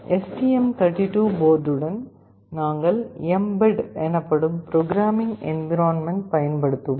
STM thirty two போர்டுடன் நாங்கள் mbed எனப்படும் ப்ரோக்ராமிங் என்விரான்மென்ட் பயன்படுத்துவோம்